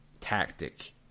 tactic